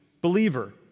believer